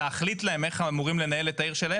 ולהחליט להם איך הם אמורים לנהל את העיר שלהם,